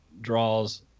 draws